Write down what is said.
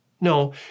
No